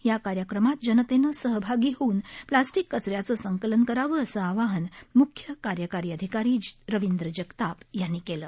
या कार्यक्रमात जनतेनं सहभागी होऊन प्लास्टिक कचन्याचे संकलन करावं असं आवाहन मुख्य कार्यकारी अधिकारी रविंद्र जगताप यांनी केलं